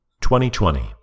2020